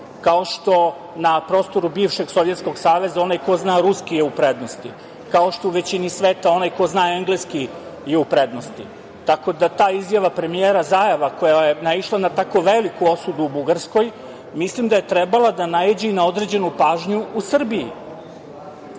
kao što na prostoru bivšeg Sovjetskog saveza onaj ko zna ruski je u prednosti, kao što u većini sveta onaj ko zna engleski je u prednosti. Tako da, ta izjava premijera Zaeva, koja je naišla na tako veliku osudu, mislim da je trebala da naiđe i na određenu pažnju u Srbiji.